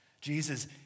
Jesus